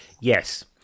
Yes